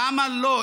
למה לא?